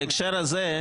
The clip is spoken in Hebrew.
בהקשר הזה,